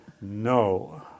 No